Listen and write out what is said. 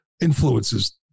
influences